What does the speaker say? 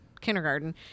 kindergarten